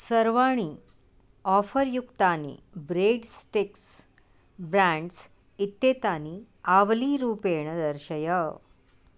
सर्वाणि आफ़र् युक्तानि bread sticks brands इत्येतानि आवलीरूपेण दर्शय